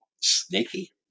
sneaky